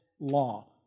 law